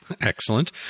excellent